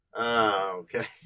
Okay